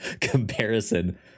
comparison